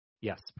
Yes